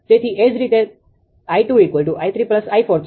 તેથી એ જ રીતે 𝐼2 𝑖3 𝑖4 છે